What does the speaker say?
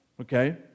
okay